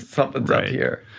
something right here.